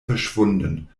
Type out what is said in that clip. verschwunden